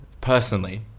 personally